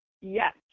Yes